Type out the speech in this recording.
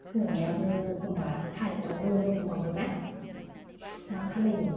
हौवायाबो एखम्बा हाजिरखौ मोनो एखम्बा मोना मा खालायनो